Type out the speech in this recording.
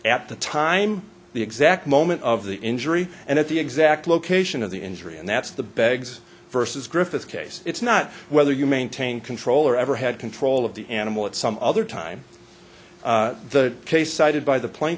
at the time the exact moment of the injury and at the exact location of the injury and that's the begs vs griffith case it's not whether you maintain control or ever had control of the animal at some other time the case cited by the pla